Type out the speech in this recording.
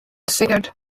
sigurd